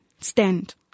stand